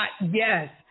yes